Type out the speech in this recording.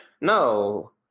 No